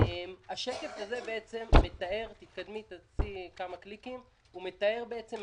השקף "עלייה כוללת בפעילות נדל"נית" מתאר את